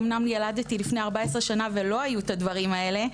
אמנם ילדתי לפני 14 שנה ולא היו את הדברים האלה,